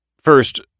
First